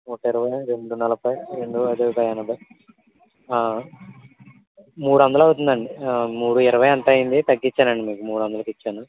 నూట ఇరవై రెండు నలభై రెండు ఎనభై మూడు వందలు అవుతుంది అండి మూడు ఇరవై ఎంతో అయింది తగ్గించాను అండి మీకు మూడు వందలకి ఇచ్చాను